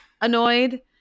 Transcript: annoyed